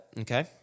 Okay